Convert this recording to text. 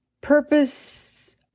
purpose